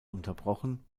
unterbrochen